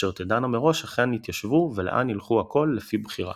אשר תדענה מראש היכן יתיישבו ולאן ילכו הכול לפי בחירה.